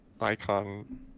icon